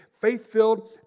faith-filled